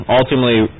ultimately